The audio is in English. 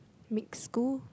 mixed school